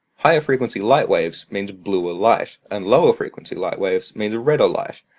higher-frequency light waves means bluer light, and lower-frequency light waves means redder light.